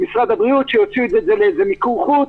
משרד הבריאות שיוציא את זה למיקור חוץ.